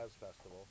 festival